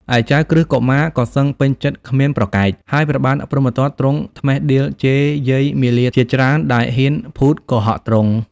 ឯចៅក្រឹស្នកុមារក៏សឹងពេញចិត្តគ្មានប្រកែក ហើយព្រះបាទព្រហ្មទត្តទ្រង់ត្មិះដៀលជេរយាយមាលាជាច្រើនដែលហ៊ានភូតកុហកទ្រង់។